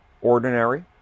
ordinary